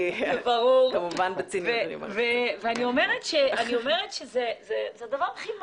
אני כמובן אומרת את זה בציניות.